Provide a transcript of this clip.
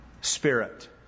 spirit